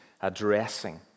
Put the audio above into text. addressing